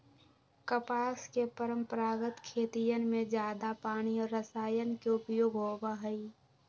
कपास के परंपरागत खेतियन में जादा पानी और रसायन के उपयोग होबा हई